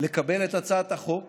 לקבל את הצעת החוק